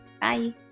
Bye